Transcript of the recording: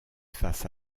face